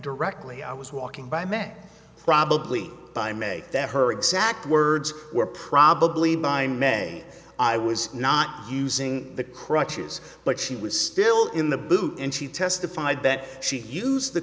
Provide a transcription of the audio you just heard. directly i was walking by men probably by make that her exact words were probably by may i was not using the crutches but she was still in the boot and she testified that she used the